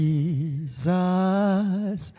Jesus